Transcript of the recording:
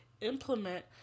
implement